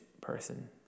person